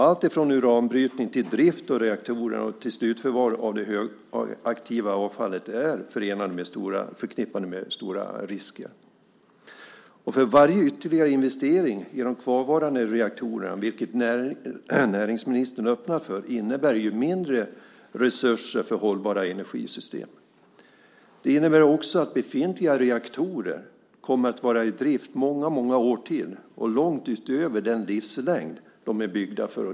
Alltifrån uranbrytning och drift av reaktorer till slutförvar av det högaktiva avfallet är förenat med stora risker. Varje ytterligare investering i de kvarvarande reaktorerna, vilket näringsministern öppnar för, innebär mindre resurser till hållbara energisystem. Det innebär också att befintliga reaktorer kommer att vara i drift många år till, långt utöver den driftslängd de är byggda för.